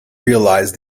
realise